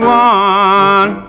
one